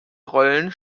rollen